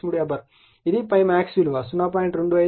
25 milliweber